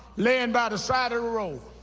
laying by the side